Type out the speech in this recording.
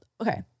okay